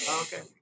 Okay